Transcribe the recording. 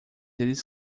eles